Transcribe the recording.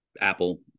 Apple